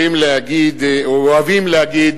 אוהבים להגיד